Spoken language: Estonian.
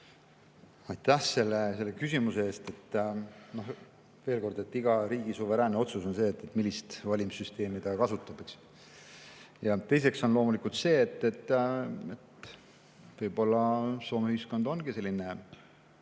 Aitäh selle küsimuse eest! Veel kord: see on iga riigi suveräänne otsus, millist valimissüsteemi ta kasutab. Teiseks on loomulikult see, et võib-olla Soome ühiskond ongi selline